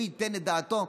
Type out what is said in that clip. הוא ייתן את דעתו.